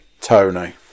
Tony